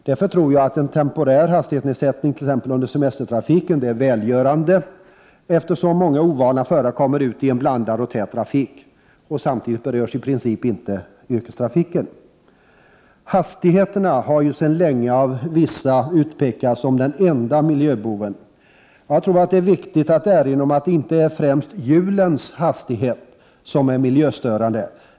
Därför tror jag att en temporär hastighetsnedsättning, t.ex. under semestertrafiken, är välgörande, eftersom många ovana förare kommer ut i en blandad och tät trafik. Samtidigt berörs i princip inte yrkestrafiken. Hastigheten har ju sedan länge av vissa utpekats som den enda miljöboven. Det är viktigt att erinra om att det inte främst är hjulens hastighet som är miljöstörande.